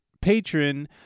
patron